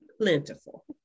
Plentiful